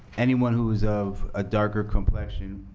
anyone who is of a darker complexion